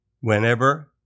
whenever